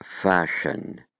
fashion